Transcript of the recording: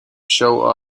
show